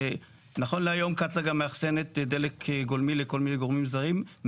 נכון להיום קצא"א גם מאחסנת דלק גולמי לכל מיני גורמים זרים,